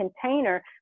container